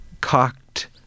cocked